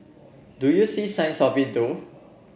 do you see signs of it though